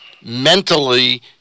mentally